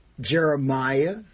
Jeremiah